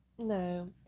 No